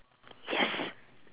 yes